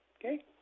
Okay